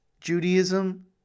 Judaism